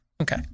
Okay